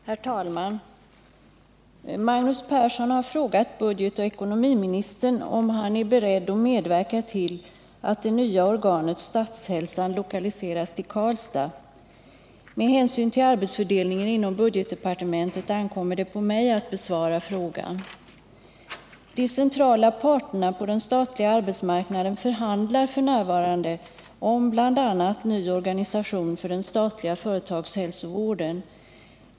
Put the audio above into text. Herr talman! Magnus Persson har frågat budgetoch ekonomiministern om han är beredd att medverka till att det nya organet Statshälsan lokaliseras till Karlstad. Med hänsyn till arbetsfördelningen inom budgetdepartementet ankommer det på mig att besvara frågan. De centrala parterna på den statliga arbetsmarknaden förhandlar f. n. om bl.a. ny organisation för den statliga företagshälsovården.